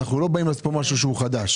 אנחנו לא באים לעשות פה משהו שהוא חדש.